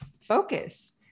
focus